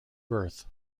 birth